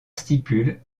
stipule